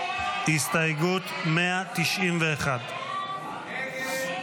הסתייגות 191 לא נתקבלה.